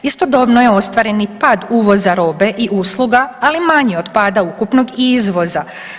Istodobno je ostvaren i pad uvoza robe i usluga, ali manji od pada ukupnog izvoza.